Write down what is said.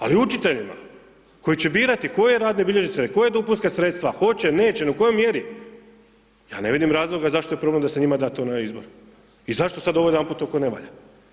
Ali učiteljima koji će birati koje radne bilježnice, koja dopunska sredstva hoće, neće, u kojoj mjeri, ja ne vidim zašto je problem da se njima da to na izbor i zašto sad ovo odjedanput tako ne valja.